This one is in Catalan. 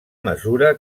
mesura